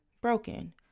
broken